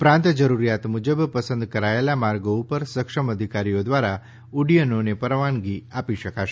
ઉપરાંત જરૂરીયાત મુજબ પસંદ કરાયેલા માર્ગો ઉપર સક્ષમ અધિકારીઓ દ્વારા ઉદ્દયનોને પરવાનગી આપી શકશે